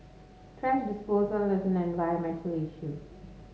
thrash disposal environmental issue